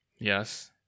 Yes